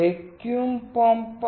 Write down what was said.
vacuum pump છે